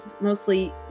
mostly